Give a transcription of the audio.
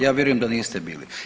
Ja vjerujem da niste bili.